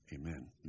Amen